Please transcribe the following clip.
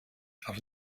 auf